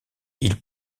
ils